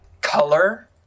color